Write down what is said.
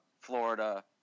Florida